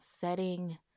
setting